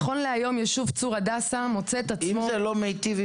מיכאל מרדכי ביטון (יו"ר ועדת הכלכלה): אם